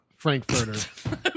frankfurter